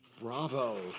bravo